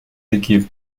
équipes